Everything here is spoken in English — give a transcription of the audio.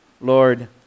Lord